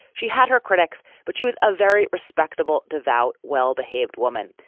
she had her critics, but she was a very respectable, devout, well-behaved woman.